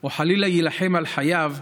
או חלילה יילחם על חייו,